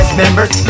members